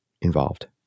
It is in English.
involved